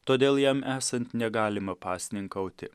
todėl jam esant negalima pasninkauti